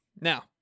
Now